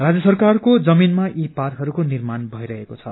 राज्य सरकारको जमीनमा यी पार्कहरूको निर्माण भइरहेको छ